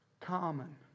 common